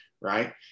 right